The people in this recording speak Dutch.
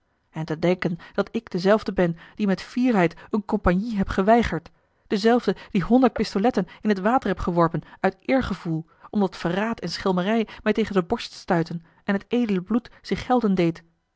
en te denken dat ik dezelfde ben die met fierheid eene compagnie heb geweigerd dezelfde die honderd pistoletten in t water heb geworpen uit eergevoel omdat verraad en schelmerij mij tegen de borst stuitten en het edele bloed zich gelden deed